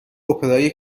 اپرای